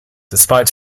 despite